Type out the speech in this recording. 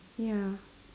ya